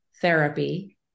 therapy